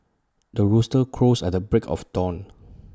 the rooster crows at the break of dawn